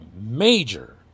major